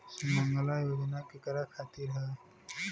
सुमँगला योजना केकरा खातिर ह?